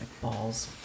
balls